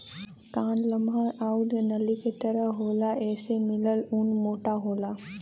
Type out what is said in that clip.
कान लमहर आउर नली के तरे होला एसे मिलल ऊन मोटा होला